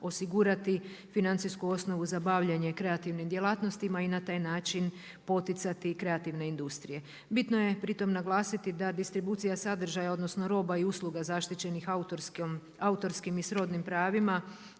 osigurati financijsku osnovu za bavljenje kreativnim djelatnostima i na taj način poticati kreativne industrije. Bitno je pri tom naglasiti da distribucija sadržaja odnosno roba i usluga zaštićenih autorskim i srodnim pravima